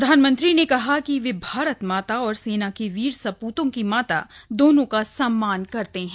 प्रधानमंत्री ने कहा कि वे भारत माता और सेना के वीर सपूतों की माता दोनों का सम्मान करते हैं